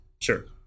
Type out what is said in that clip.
Sure